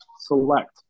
select